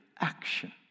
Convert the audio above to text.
action